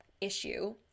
issue